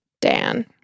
Dan